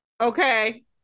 Okay